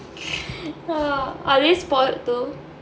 ah are they spoilt though